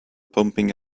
pumping